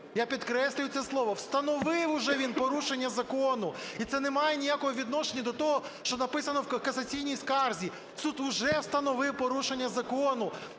я підкреслюю, це слово, встановив вже він порушення закону, і це не має ніякого відношення до того, що написано в касаційній скарзі, суд вже встановив порушення закону,